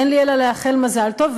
אין לי אלא לאחל מזל טוב,